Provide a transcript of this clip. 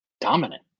dominant